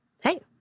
hey